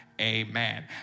Amen